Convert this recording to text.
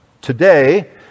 today